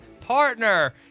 partner